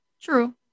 True